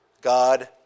God